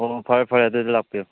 ꯑꯣ ꯐꯔꯦ ꯐꯔꯦ ꯑꯗꯨꯗꯤ ꯂꯥꯛꯄꯤꯌꯨ